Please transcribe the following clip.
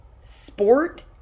Sport